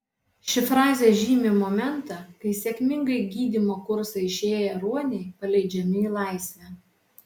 ši frazė žymi momentą kai sėkmingai gydymo kursą išėję ruoniai paleidžiami į laisvę